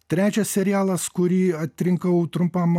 trečias serialas kurį atrinkau trumpam